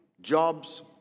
jobs